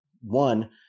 one